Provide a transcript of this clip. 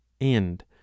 End